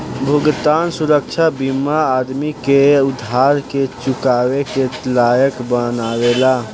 भुगतान सुरक्षा बीमा आदमी के उधार के चुकावे के लायक बनावेला